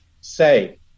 say